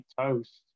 toast